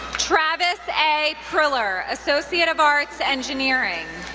travis a. priller, associate of arts, engineering.